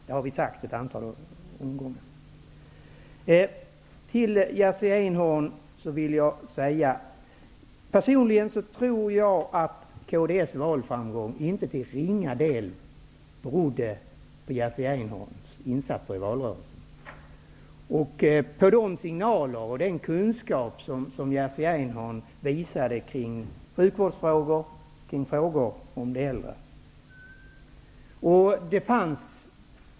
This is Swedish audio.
Det har vi sagt ett antal gånger. Personligen tror jag, Jerzy Einhorn, att kds valframgång till icke ringa del berodde på Jerzy Einhorns insatser i valrörelsen -- just med tanke på hans signaler och på den kunskap han visade i sjukvårdsfrågor och frågor som rör de äldre.